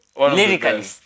lyrically